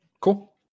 Cool